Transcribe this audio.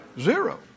zero